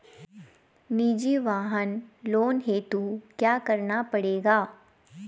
निजी वाहन लोन हेतु क्या करना पड़ेगा?